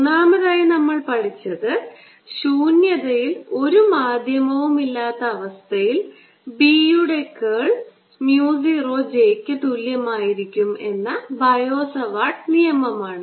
മൂന്നാമതായി നമ്മൾ പഠിച്ചത് ശൂന്യതയിൽ ഒരു മാധ്യമവും ഇല്ലാത്ത അവസ്ഥയിൽ B യുടെ കേൾ mu 0 J ക്ക് തുല്യമായിരിക്കും എന്ന ബയോ സവാർട്ട് നിയമമാണ്